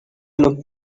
looked